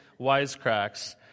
wisecracks